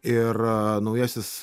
ir naujasis